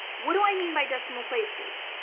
what do i mean by decimal places?